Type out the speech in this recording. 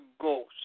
Ghost